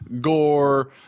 gore